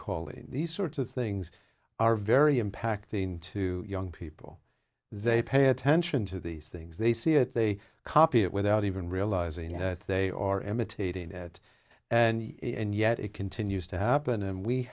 calling these sorts of things are very impacting to young people they pay attention to these things they see it they copy it without even realizing it they are imitating it and yet it continues to happen and we